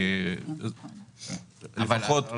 לפחות לי זה לא כל כך ברור.